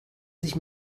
sich